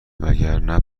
وگرنه